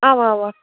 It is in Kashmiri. اَوا اَوا